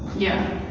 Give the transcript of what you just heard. yeah.